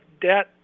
debt